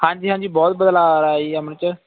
ਹਾਂਜੀ ਹਾਂਜੀ ਬਹੁਤ ਬਦਲਾਅ ਆ ਰਿਹਾ ਜੀ ਅੰਮ੍ਰਿਤਸਰ